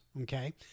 okay